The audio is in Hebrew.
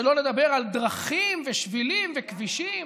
שלא לדבר על דרכים ושבילים וכבישים.